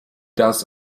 das